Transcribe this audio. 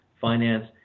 finance